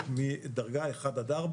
משרדי עירייה,